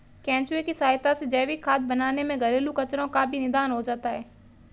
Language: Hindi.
केंचुए की सहायता से जैविक खाद बनाने में घरेलू कचरो का भी निदान हो जाता है